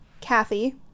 Kathy